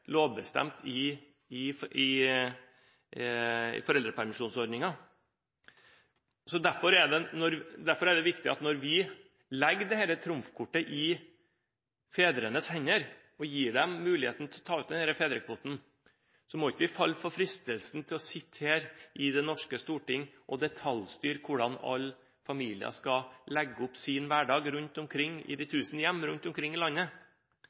lovbestemt i foreldrepermisjonsordningen. Derfor er det viktig at når vi legger dette trumfkortet i fedrenes hender og gir dem muligheten til å ta ut denne fedrekvoten, må vi ikke falle for fristelsen til å sitte her i det norske storting og detaljstyre hvordan alle familier skal legge opp sin hverdag i de tusen hjem rundt omkring i landet. Og det er den fellen de rød-grønne har gått i,